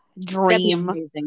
dream